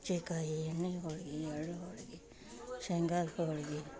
ಕರ್ಜೆ ಕಾಯಿ ಎಣ್ಣೆ ಹೋಳ್ಗಿ ಎಳ್ಳು ಹೋಳ್ಗಿ ಶೇಂಗಾದ ಹೋಳ್ಗಿ